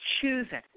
choosing